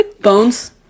Bones